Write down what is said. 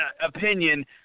opinion